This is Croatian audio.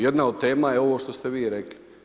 Jedna od tema je ovo što ste vi rekli.